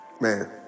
Man